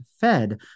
fed